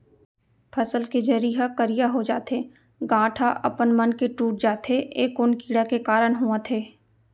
फसल के जरी ह करिया हो जाथे, गांठ ह अपनमन के टूट जाथे ए कोन कीड़ा के कारण होवत हे?